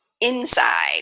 inside